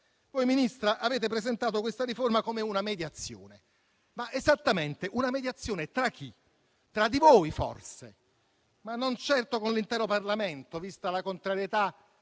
Ministra, avete presentato questa riforma come una mediazione, esattamente, tra chi? Tra di voi, forse, ma non certo con l'intero Parlamento, vista la contrarietà